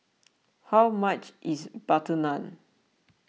how much is Butter Naan